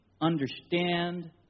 understand